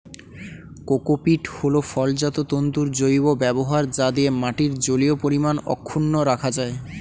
cocopeat হল ফলজাত তন্তুর জৈব ব্যবহার যা দিয়ে মাটির জলীয় পরিমাণ অক্ষুন্ন রাখা যায়